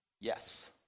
yes